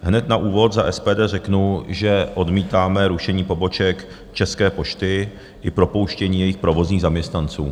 Hned na úvod za SPD řeknu, že odmítáme rušení poboček České pošty i propouštění jejich provozních zaměstnanců.